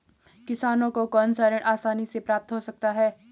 किसानों को कौनसा ऋण आसानी से प्राप्त हो सकता है?